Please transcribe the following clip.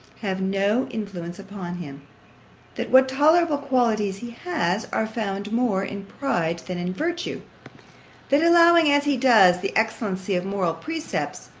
have no influence upon him that what tolerable qualities he has, are founded more in pride than in virtue that allowing, as he does, the excellency of moral precepts,